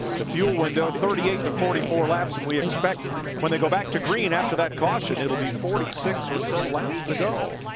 the fuel window thirty eight to forty four laps. and we expect when they go back to green after that caution it will be forty six or so laps to go.